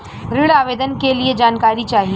ऋण आवेदन के लिए जानकारी चाही?